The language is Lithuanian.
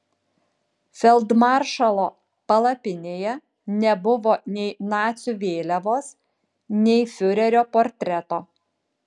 feldmaršalo palapinėje nebuvo nei nacių vėliavos nei fiurerio portreto